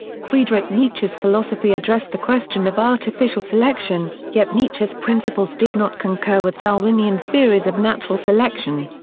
friedrich nietzsche's philosophy addressed the question of artificial selection, yet nietzsche's principles did not concur with darwinian theories of natural selection.